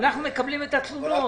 אנחנו מקבלים את התלונות.